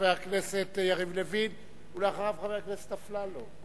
חבר הכנסת יריב לוין, ואחריו, חבר הכנסת אפללו.